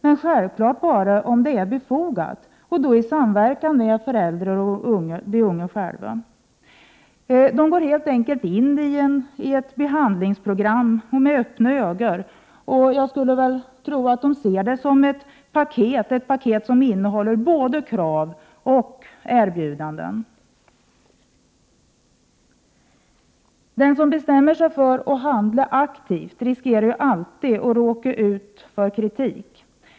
Men det sker självfallet bara om det är befogat och i samverkan med föräldrar och de unga själva. De går in i ett behandlingsprogram med öppna ögon. Jag tror att de ser det som ett paket — ett paket som innehåller både krav och erbjudanden. Den som bestämmer sig för att handla aktivt riskerar alltid att råka ut för kritik.